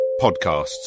podcasts